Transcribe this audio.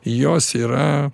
jos yra